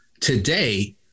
today